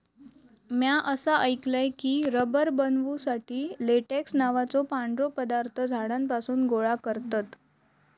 म्या असा ऐकलय की, रबर बनवुसाठी लेटेक्स नावाचो पांढरो पदार्थ झाडांपासून गोळा करतत